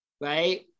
right